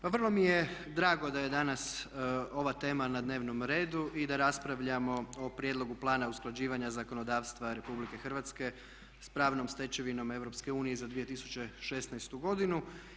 Pa vrlo mi je drago da je danas ova tema na dnevnom redu i da raspravljamo o prijedlogu Plana usklađivanja zakonodavstva Republike Hrvatske s pravnom stečevinom EU za 2016. godinu.